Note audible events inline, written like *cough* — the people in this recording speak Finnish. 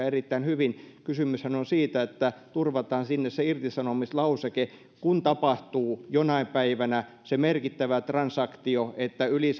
*unintelligible* erittäin hyvin kysymyshän on siitä että turvataan sinne se irtisanomislauseke kun tapahtuu jonain päivänä se merkittävä transaktio että yli *unintelligible*